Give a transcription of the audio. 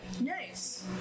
Nice